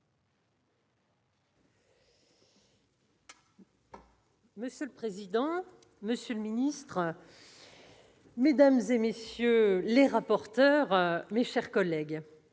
Monsieur le président, monsieur le ministre, mesdames, messieurs les rapporteurs, mes chers collègues,